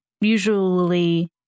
usually